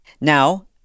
Now